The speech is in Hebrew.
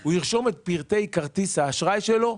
הוא ירשום את פרטי כרטיס האשראי שלו,